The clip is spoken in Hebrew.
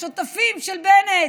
השותפים של בנט,